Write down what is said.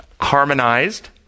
harmonized